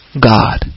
God